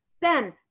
Ben